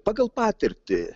pagal patirtį